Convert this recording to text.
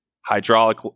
hydraulic